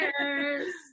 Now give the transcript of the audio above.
Cheers